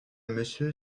monsieur